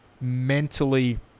mentally